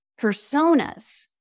personas